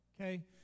Okay